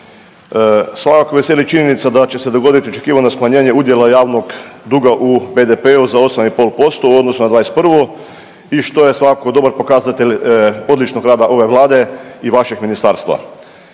Svakako veseli činjenica da će se dogoditi i očekivano smanjenje udjela javnog duga u BDP-u za 8,5% u odnosu na '21. i što je svakako dobar pokazatelj odličnog rada ove vlade i vašeg ministarstva.